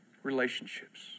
relationships